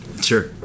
Sure